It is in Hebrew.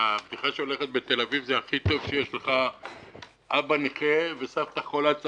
הבדיחה בתל אביב היא: הכי טוב שיש לך אבא נכה וסבתא חולת סרטן,